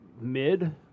mid